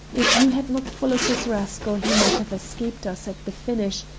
if you had not followed this rascal he might have escaped us at the finish,